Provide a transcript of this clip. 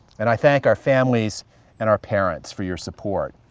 and i thank our families and our parents for your support,